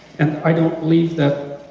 and i don't believe that